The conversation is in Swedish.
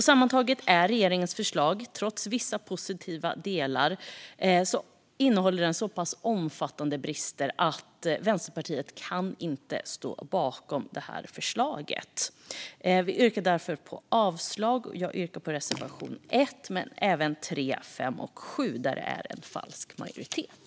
Sammantaget innehåller regeringens förslag, trots vissa positiva delar, så pass omfattande brister att Vänsterpartiet inte kan ställa sig bakom det. Vi yrkar därför avslag på förslaget och bifall till reservation 1 men även till reservationerna 3, 5 och 7 där det är en falsk majoritet.